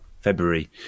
February